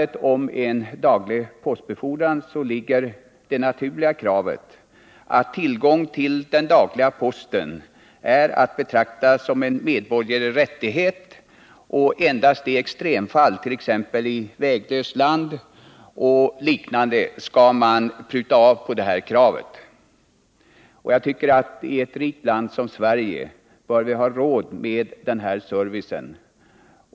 Bakom det yrkandet ligger det naturliga kravet att tillgång till daglig post är att betrakta som en medborgerlig rättighet och att man endast i extremfall, t.ex. i väglöst land, skall pruta av på det kravet. I ett rikt land som Sverige bör vi ha råd med en sådan service.